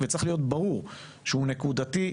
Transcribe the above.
וצריך להיות ברור שהוא נקודתי,